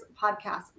Podcast